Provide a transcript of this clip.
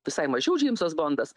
visai mažiau džeimsas bondas